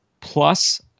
plus